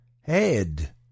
head